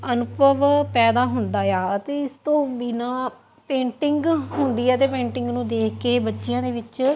ਅਨੁਭਵ ਪੈਦਾ ਹੁੰਦਾ ਆ ਅਤੇ ਇਸ ਤੋਂ ਬਿਨਾਂ ਪੇਂਟਿੰਗ ਹੁੰਦੀ ਹੈ ਅਤੇ ਪੇਂਟਿੰਗ ਨੂੰ ਦੇਖ ਕੇ ਬੱਚੀਆਂ ਦੇ ਵਿੱਚ